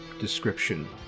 description